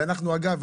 ואנחנו אגב,